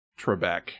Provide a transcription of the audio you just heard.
trebek